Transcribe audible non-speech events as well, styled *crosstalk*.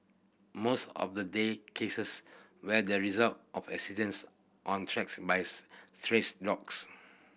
most of the day cases where the result of accidents on attacks by *unintelligible* dogs